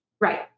Right